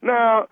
Now